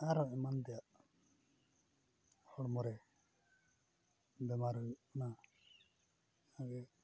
ᱟᱨᱦᱚᱸ ᱮᱢᱟᱱ ᱛᱮᱭᱟᱜ ᱦᱚᱲᱢᱚ ᱨᱮ ᱵᱤᱢᱟᱨ ᱦᱩᱭᱩᱜ ᱠᱟᱱᱟ ᱚᱱᱟᱜᱮ